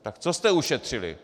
Tak co jste ušetřili?